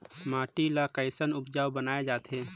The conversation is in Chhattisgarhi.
माटी ला कैसन उपजाऊ बनाय जाथे?